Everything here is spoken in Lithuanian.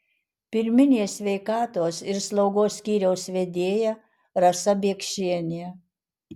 pirminės sveikatos ir slaugos skyriaus vedėja rasa biekšienė